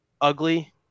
ugly